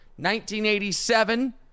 1987